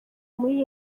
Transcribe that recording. muri